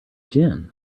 gin